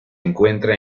encuentra